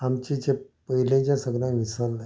आमचें जें पयलींचें सगलें विसरलें